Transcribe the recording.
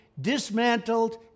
dismantled